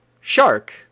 shark